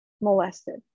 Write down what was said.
molested